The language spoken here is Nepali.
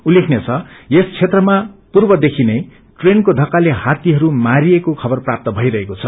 उल्लेखनीय छ यस क्षेत्रमा पूर्व देखि नै ट्रेनको थक्काले हात्तीहरू मारिएको खबर प्राप्त भइरहेको छ